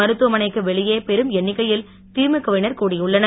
மருத்துவமனைக்கு வெளியே பெரும் எண்ணிக்கையில் திமுக வினர் கூடியுள்ளனர்